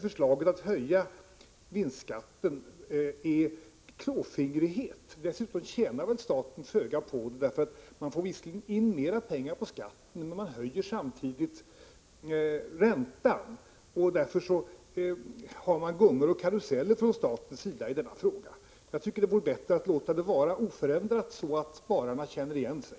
Förslaget att höja vinstskatten är därför klåfingrighet. Dessutom tjänar staten föga på det. Man får visserligen in mera i skatt, men man höjer samtidigt räntan. Detta är bara gungor och karuseller från statens sida i denna fråga. Jag tycker det vore bättre att låta reglerna vara oförändrade så att spararna känner igen sig.